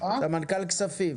אתה סמנכ"ל כספים.